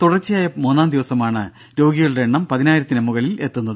തുടർച്ചയായ മൂന്നാം ദിവസമാണ് രോഗികളുടെ എണ്ണം പതിനായിരത്തിന് മുകളിലെത്തുന്നത്